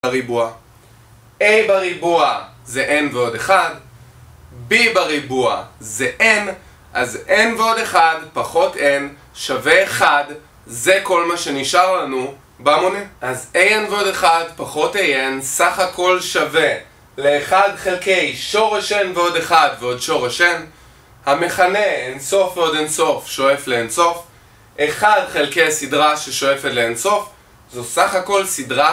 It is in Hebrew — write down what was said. ריבוע, A בריבוע זה n ועוד אחד, B בריבוע זה n, אז m ועוד אחד פחות n שווה 1. זה כל מה שנשאר לנו, באמוני? אז a n ועוד אחד פחות a n סך הכל שווה ל1 חלקי שורש n ועוד 1 ועוד שורש n, המכנה אינסוף ועוד אינסוף שואף לאינסוף אחד חלקי הסדרה ששואפת לאינסוף זו סך הכל סדרה